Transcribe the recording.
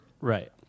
Right